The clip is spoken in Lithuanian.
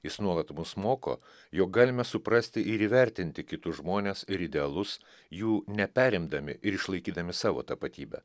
jis nuolat mus moko jog galime suprasti ir įvertinti kitus žmones ir idealus jų neperimdami ir išlaikydami savo tapatybę